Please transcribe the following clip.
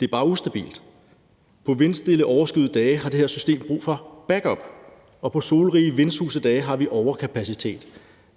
Det er bare ustabilt. På vindstille, overskyede dage har det her system brug for backup, og på solrige, vindblæste dage har vi overkapacitet.